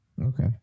Okay